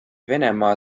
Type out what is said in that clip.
venemaa